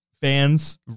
Fans